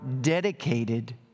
dedicated